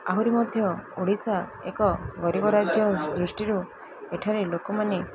ଆହୁରି ମଧ୍ୟ ଓଡ଼ିଶା ଏକ ଗରିବ ରାଜ୍ୟ ଦୃଷ୍ଟିରୁ ଏଠାରେ ଲୋକମାନେ